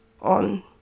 on